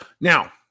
Now